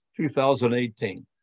2018